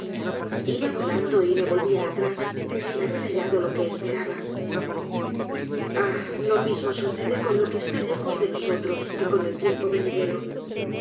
iba volando y me volvía atrás sin haber hallado lo que esperaba ah lo mismo sucede con lo que está lejos de nosotros que con el tiempo venidero